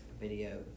video